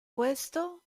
questo